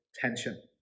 tension